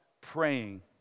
praying